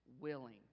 willing